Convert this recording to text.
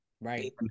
Right